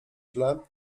źle